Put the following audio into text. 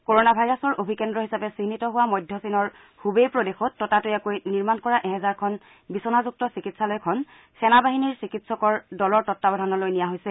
corona ভাইৰাছৰ অভিকেন্দ্ৰ হিচাপে চিহ্নিত হোৱা মধ্য চীনৰ হুবেই প্ৰদেশত ততাতৈয়াকৈ নিৰ্মাণ কৰা এহেজাৰখন বিছনাযুক্ত চিকিৎসালয়খন সেনাবাহিনীৰ চিকিৎসকৰ দলৰ তত্বাৱধানলৈ নিয়া হৈছে